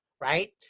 right